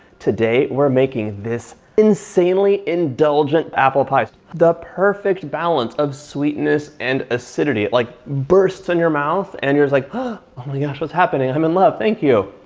today we're making this insanely indulgent apple pies. the perfect balance of sweetness and acidity. like bursts in your mouth and you're like, ah, oh my gosh, what's happening? i'm in love, thank you.